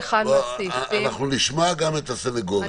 אנחנו נשמע גם את הסנגוריה.